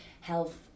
health